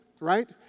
right